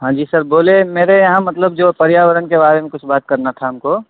हाँ जी सर बोले मेरे यहाँ मतलब जो पर्यावरणके बारेमे कुछ बात करना था हमको